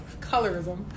colorism